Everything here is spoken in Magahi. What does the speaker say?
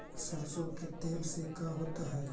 सरसों के तेल से का होता है?